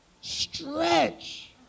stretch